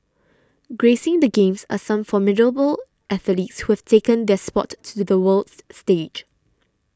gracing the Games are some formidable athletes who have taken their sport to the world stage